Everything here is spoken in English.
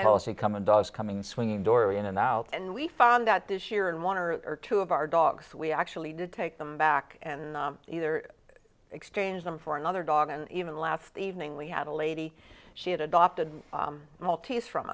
policy come in does come in swinging door in and out and we found out this year and one or two of our dogs we actually did take them back and either exchange them for another dog and even last evening we had a lady she had adopted maltese from